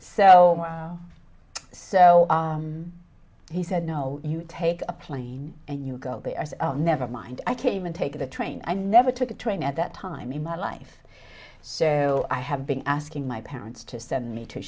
fly so so he said no you take a plane and you go never mind i came and take the train i never took a train at that time in my life so i have been asking my parents to send me to